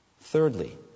Thirdly